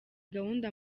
gahunda